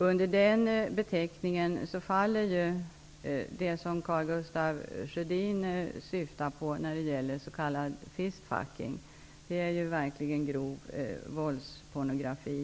Under den beteckningen faller ju det som Karl Gustaf Sjödin syftar på när det gäller s.k. fistfucking. Det är ju verkligen grov våldspornografi.